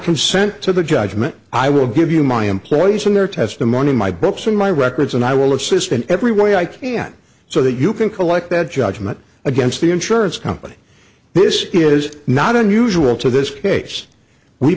consent to the judgment i will give you my employees and their testimony in my books and my records and i will assist in every way i can so that you can collect that judgment against the insurance company this is not unusual to this case we